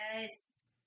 Yes